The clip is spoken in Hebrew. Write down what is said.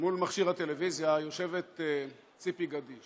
מול מכשיר הטלוויזיה, יושבת ציפי גדיש